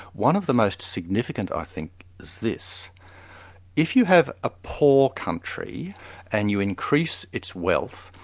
one of the most significant i think is this if you have a poor country and you increase its wealth,